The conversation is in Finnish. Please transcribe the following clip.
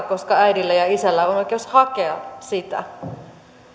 koska äidillä ja isällä on oikeus hakea sitä